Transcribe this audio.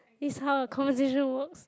this is how a conversation works